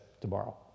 tomorrow